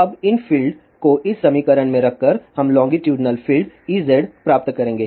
अब इन फील्ड को इस समीकरण में रखकर हम लोंगीटूडिनल फील्ड Ez प्राप्त करेंगे